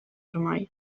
ormai